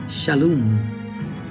Shalom